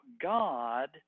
God